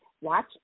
watch